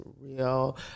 real